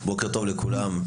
בוקר טוב לכולם,